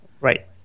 Right